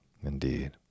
indeed